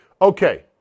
Okay